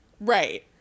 right